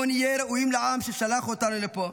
בואו נהיה ראויים לעם ששלח אותנו לפה,